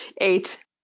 Eight